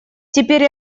теперь